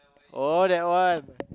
oh that one